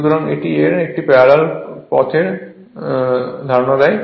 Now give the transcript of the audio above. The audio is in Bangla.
সুতরাং এটি এর একটি প্যারালাল পথের হবে